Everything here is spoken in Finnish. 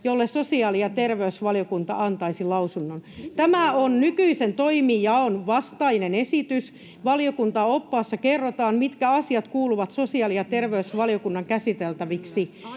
jolle sosiaali- ja terveysvaliokunta antaisi lausunnon. Tämä on nykyisen toimijaon vastainen esitys. Valiokuntaoppaassa kerrotaan, mitkä asiat kuuluvat sosiaali- ja terveysvaliokunnan käsiteltäviksi.